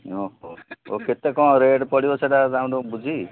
ଓ ହଁ ଓ କେତେ କ'ଣ ରେଟ୍ ପଡ଼ିବ ସେଇଟା ତାଙ୍କଠୁ ବୁଝି